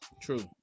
True